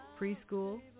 preschool